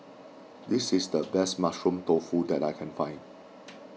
this is the best Mushroom Tofu that I can find